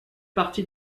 partie